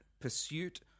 Pursuit